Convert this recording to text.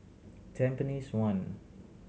Tampines One